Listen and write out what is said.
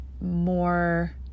more